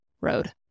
road